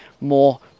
more